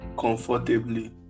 comfortably